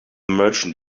merchant